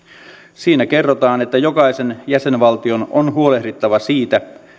siinä kerrotaan että jokaisen jäsenvaltion on huolehdittava siitä